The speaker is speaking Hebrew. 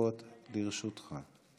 דקות לרשותך.